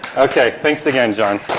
okay, thanks again, john.